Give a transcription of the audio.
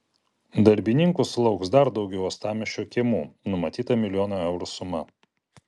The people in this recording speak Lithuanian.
darbininkų sulauks dar daugiau uostamiesčio kiemų numatyta milijono eurų suma